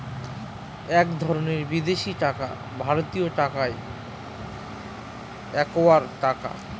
এক ধরনের বিদেশি টাকা ভারতীয় টাকায় একাত্তর টাকা